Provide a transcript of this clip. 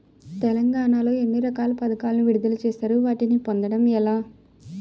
తెలంగాణ లో ఎన్ని రకాల పథకాలను విడుదల చేశారు? వాటిని పొందడం ఎలా?